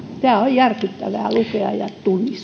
tämä on järkyttävää lukea ja